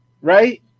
right